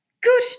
good